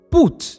Put